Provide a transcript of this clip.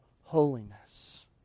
holiness